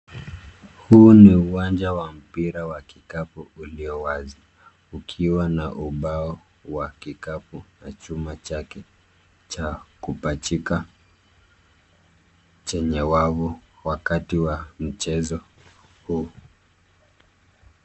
Huu ni uwanja wa mpira wa kikapu ulio wazi ukiwa na ubao wa kikapu na chuma chake cha kupachika chenye wavu wakati wa mchezo huu.